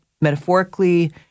metaphorically